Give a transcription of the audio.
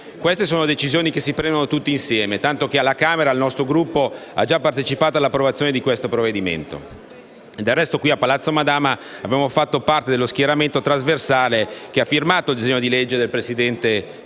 Queste sono decisioni che si prendono tutti insieme, tanto che alla Camera il nostro Gruppo ha già partecipato all'approvazione di questo provvedimento. Del resto, qui a Palazzo Madama abbiamo fatto parte dello schieramento trasversale che ha firmato il disegno di legge del presidente